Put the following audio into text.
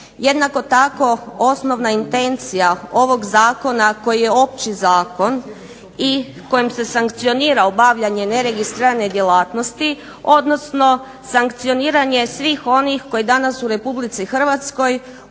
Jednako tako osnovna intencija ovog zakona koji je opći zakon i kojim se sankcionira obavljanje neregistrirane djelatnosti, odnosno sankcioniranje svih onih koji danas u Republici Hrvatskoj